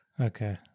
okay